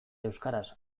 euskaraz